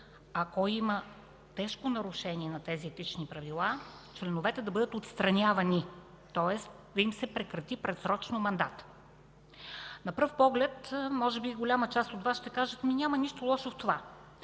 ако има тежко нарушение на тези Етични правила, членовете да бъдат отстранявани, тоест да им се прекрати предсрочно мандатът. На пръв поглед може би голяма част от Вас ще кажат: „Ами, няма нищо лошо в това”.